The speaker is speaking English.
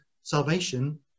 salvation